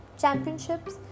championships